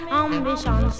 ambition